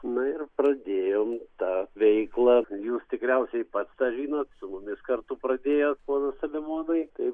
na ir pradėjom tą veiklą jūs tikriausiai pats tą žinot su mumis kartu pradėjot ponas selemonai tai